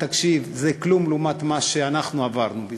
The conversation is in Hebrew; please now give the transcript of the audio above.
זה כלום לעומת מה שאנחנו עברנו בזמנו,